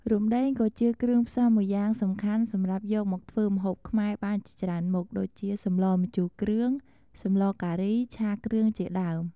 រំដេងក៏ជា គ្រឿងផ្សំមួយយ៉ាងសំខាន់សម្រាប់យកមកធ្វើម្ហូបខ្មែរបានជាច្រើនមុខ ដូចជា សម្លម្ជូរគ្រឿង, សម្លការី, ឆាគ្រឿង ជាដើម។